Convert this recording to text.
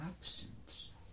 absence